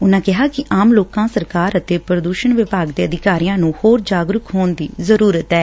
ਉਨੂਾ ਕਿਹਾ ਕਿ ਆਮ ਲੋਕਾਂ ਸਰਕਾਰ ਅਤੇ ਪ੍ਰਦੁਸ਼ਣ ਵਿਭਾਗ ਦੇ ਅਧਿਕਾਰੀਆਂ ਨੁੰ ਹੋਰ ਜਾਗਰੁਕ ਕਰਨ ਤੇ ਜੋਰ ਦਿੱਤੈ